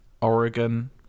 Oregon